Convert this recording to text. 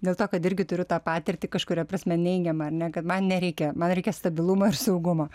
dėl to kad irgi turiu tą patirtį kažkuria prasme neigiamą ar ne kad man nereikia man reikia stabilumo ir saugumo